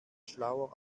schlauer